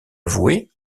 avoué